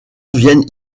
viennent